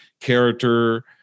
character